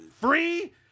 free